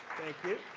thank you.